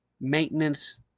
maintenance